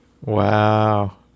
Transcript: Wow